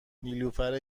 نیلوفر